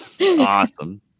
awesome